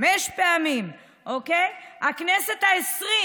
בכנסת העשרים,